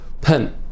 pen